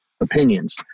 opinions